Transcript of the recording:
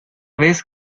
vez